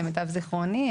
למיטב זיכרוני.